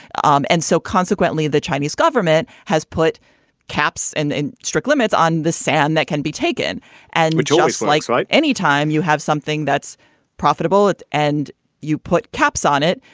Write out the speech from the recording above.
um and so consequently, the chinese government has put caps and and strict limits on the sand that can be taken and which always likes. right. anytime you have something that's profitable it and you put caps on it,